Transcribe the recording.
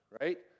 right